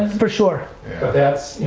for sure. but that's,